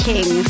King